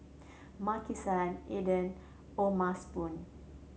Maki San Aden O'ma Spoon